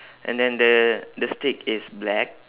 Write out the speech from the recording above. and then the the stick is black